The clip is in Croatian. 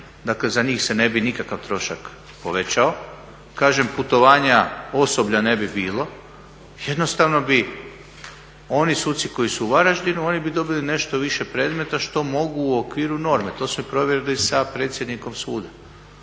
dakle za njih se ne bi nikakav trošak povećao. Kažem, putovanja osoblja ne bi bilo. Jednostavno bi oni suci koji su u Varaždinu oni bi dobili nešto više predmeta što mogu u okviru norme. To smo provjerili sa predsjednikom suda.